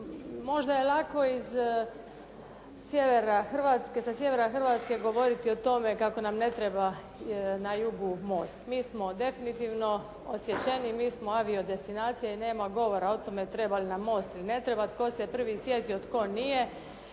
Možda je lako sa sjevera Hrvatske govoriti o tome kako nam ne treba na jugu most. Mi smo definitivno odsječeni, mi smo avio destinacija i nema govora o tome treba li nam most ili ne treba, tko se prvi sjetio, tko nije.